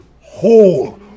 whole